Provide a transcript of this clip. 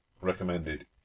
recommended